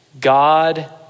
God